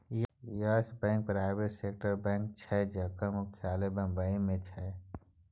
yes Bank private सेक्टरक bank छै जकर मुख्यालय बंबई मे छै